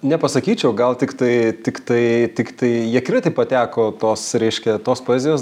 nepasakyčiau gal tiktai tiktai tiktai į akiratį pateko tos reiškia tos poezijos